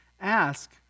ask